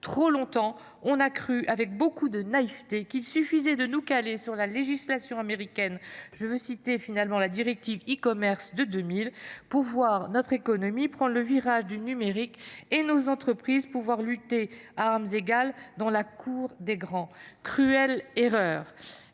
Trop longtemps, on a cru, avec beaucoup de naïveté, qu’il suffisait de nous caler sur la législation américaine, notamment avec la directive e commerce de 2000, pour voir notre économie prendre le virage du numérique et nos entreprises lutter à armes égales dans la cour des grands. Cruelle erreur !